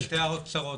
שתי הערות קצרות.